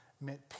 meant